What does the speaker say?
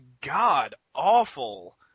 god-awful